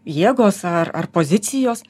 jėgos ar ar pozicijos